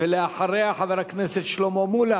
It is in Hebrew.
לאחריה, חבר הכנסת שלמה מולה.